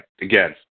again